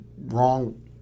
wrong